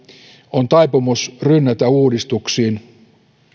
on taipumus rynnätä uudistuksiin